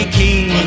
king